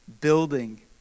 building